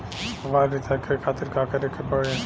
Mobile recharge करे खातिर का करे के पड़ी?